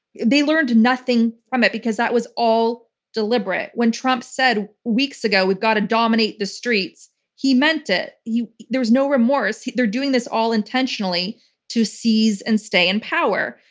they learned nothing from it, because that was all deliberate. when trump said, weeks ago, we've got to dominate the streets, he meant it. there was no remorse. they're doing this all intentionally to seize and stay in power.